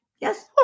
Yes